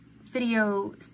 video